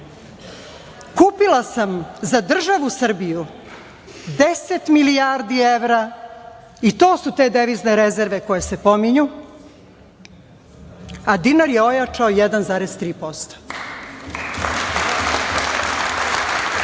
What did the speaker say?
kupila sam za državu Srbiju 10 milijardi evra i to su te devizne rezerve koje se pominju, a dinar je ojačao 1,3%.Jel